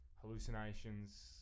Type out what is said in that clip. hallucinations